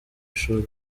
ishuri